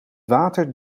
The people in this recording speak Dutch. water